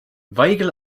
weigel